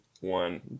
one